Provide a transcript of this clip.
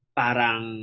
parang